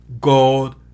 God